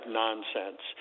nonsense